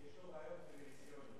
יש לו ריאיון טלוויזיוני.